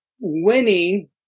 Winning